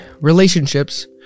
relationships